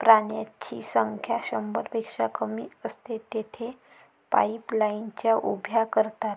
प्राण्यांची संख्या शंभरपेक्षा कमी असते, तेथे पाईपलाईन्स उभ्या करतात